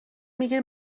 میگه